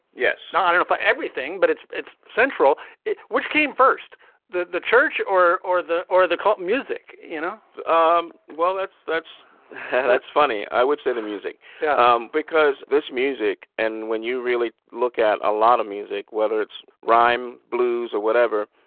yes, not enough for everything, but it's it's central which came first the the church or or the or the cop music, you know um well, that's that's that's funny. i would say the music yeah um because this music. and when you really look at a lot of music, whether it's rhyme, blues or whatever,